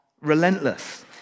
relentless